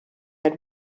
had